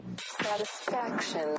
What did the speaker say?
Satisfaction